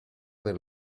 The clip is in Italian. per